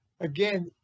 Again